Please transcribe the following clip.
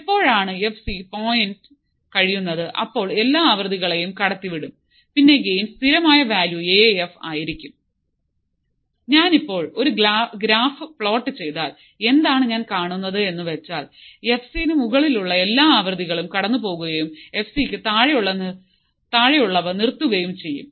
എപ്പോഴാണു F C point കഴിയുന്നത് അപ്പോൾ എല്ലാ ആവൃത്തികളെയും കടത്തിവിടും പിന്നെ ഗെയ്ൻ സ്ഥിരമായ വാല്യൂ എ എഫ് ആയിരിക്കും ഞാനിപ്പോൾ ഒരു ഗ്രാഫ് പ്ലോട്ട് ചെയ്താൽ എന്താണ് ഞാൻ കാണുന്നത് എന്ന് വെച്ചാൽ എഫ് സി ന് മുകളിലുള്ള എല്ലാ ആവൃത്തികളും കടന്നുപോകുകയും എഫ് സി ന് താഴെയുള്ളവ നിർത്തുകയും ചെയ്യും